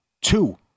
two